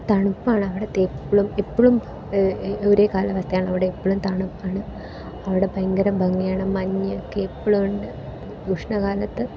തണുപ്പാണ് അവിടുത്തെ എപ്പോഴും എപ്പോഴും ഒരേ കാലാവസ്ഥയാണ് അവിടെ എപ്പോഴും തണുപ്പാണ് അവിടെ ഭയങ്കര ഭംഗിയാണ് മഞ്ഞൊക്കെ എപ്പോഴും ഉണ്ട് ഉഷ്ണകാലത്ത്